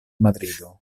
madrido